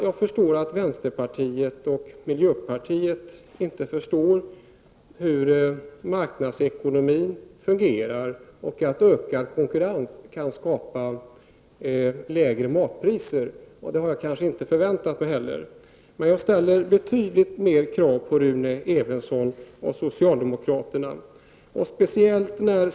Jag förstår att ni i vänsterpartiet och miljöpartiet inte begriper hur marknadsekonomin fungerar och att större konkurrens kan bidra till lägre matpriser. Men jag får erkänna att jag nog inte heller hade väntat mig någon förståelse från ert håll. Däremot ställer jag betydligt högre krav på Rune Evensson och socialdemokraterna.